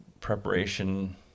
preparation